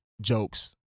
jokes